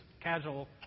casual